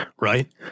right